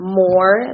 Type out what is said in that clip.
more